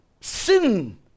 sin